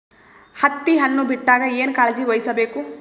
ಹತ್ತಿ ಹಣ್ಣು ಬಿಟ್ಟಾಗ ಏನ ಕಾಳಜಿ ವಹಿಸ ಬೇಕು?